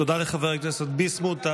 תודה לחבר הכנסת ביסמוט.